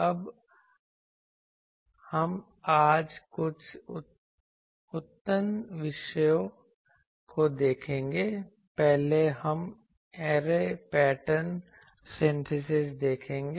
अब हम आज कुछ उन्नत विषयों को देखेंगे पहले हम ऐरे पैटर्न सिंथेसिस देखेंगे